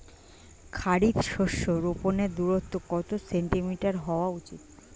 খারিফ শস্য রোপনের দূরত্ব কত সেন্টিমিটার হওয়া উচিৎ?